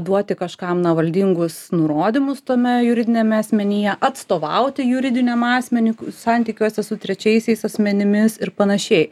duoti kažkam na valdingus nurodymus tame juridiniame asmenyje atstovauti juridiniam asmeniui santykiuose su trečiaisiais asmenimis ir panašiai